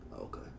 Okay